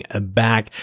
back